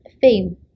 fame